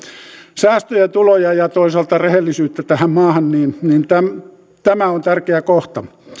säästöjä tuloja ja toisaalta rehellisyyttä tähän maahan tämä on tärkeä kohta